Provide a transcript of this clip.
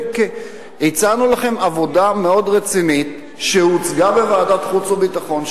הצענו לכם עבודה מאוד רצינית שהוצגה בוועדת חוץ וביטחון,